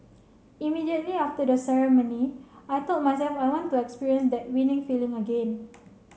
immediately after the ceremony I told myself I want to experience that winning feeling again